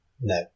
No